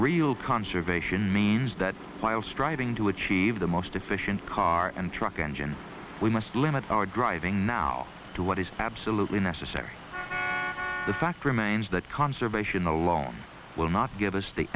real conservation means that while striving to achieve the most efficient car and truck engine we must limit our driving now to what is absolutely necessary the fact remains that conservation alone will not g